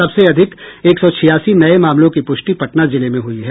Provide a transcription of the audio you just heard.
सबसे अधिक एक सौ छियासी नये मामलों की पुष्टि पटना जिले में हुई हैं